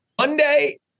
Monday